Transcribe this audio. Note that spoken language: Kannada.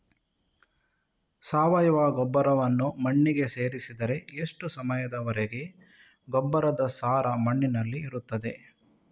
ಸಾವಯವ ಗೊಬ್ಬರವನ್ನು ಮಣ್ಣಿಗೆ ಸೇರಿಸಿದರೆ ಎಷ್ಟು ಸಮಯದ ವರೆಗೆ ಗೊಬ್ಬರದ ಸಾರ ಮಣ್ಣಿನಲ್ಲಿ ಇರುತ್ತದೆ?